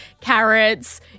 carrots